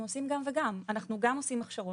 אנחנו עושים גם וגם: אנחנו גם עושים הכשרות,